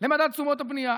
למדד תשומות הבנייה.